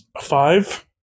Five